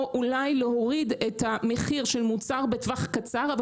או אולי להוריד את המחיר של מוצר בטווח קצר אבל